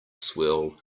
swirl